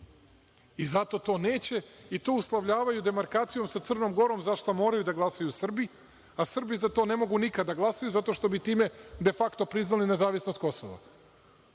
i zato to neće, i to uslovljavaju demarkacijom sa Crnom Gorom za šta moraju da glasaju Srbi, a Srbi za to ne mogu nikad da glasaju zato što bi time de fakto priznali nezavisnost Kosova.